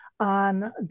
on